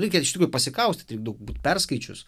reikia ir iš tikrųjų pasikaustyt reikia daug būt perskaičius